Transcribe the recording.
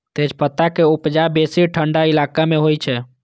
तेजपत्ता के उपजा बेसी ठंढा इलाका मे होइ छै